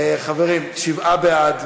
חברים, שבעה בעד.